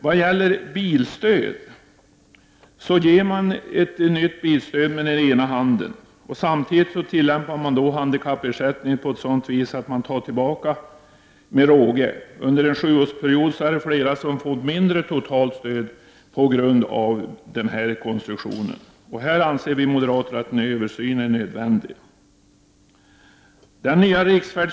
Med ena handen ger man ett nytt bilstöd, samtidigt som man med den andra handen tillämpar handikappersättningen på ett sådant sätt att man med råge tar tillbaka detta. Under en sjuårsperiod är det flera som har fått mindre på grund av den här konstruktionen. Vi moderater anser därför att en översyn är nödvändig.